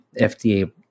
fda